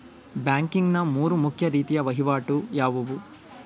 Banking ನ ಮೂರು ಮುಖ್ಯ ರೀತಿಯ ವಹಿವಾಟುಗಳು ಯಾವುವು?